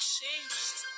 changed